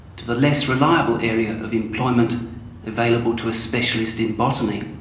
to the less reliable area of employment available to a specialist in botany.